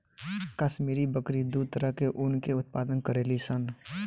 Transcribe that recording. काश्मीरी बकरी दू तरह के ऊन के उत्पादन करेली सन